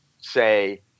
say